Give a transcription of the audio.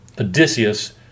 Odysseus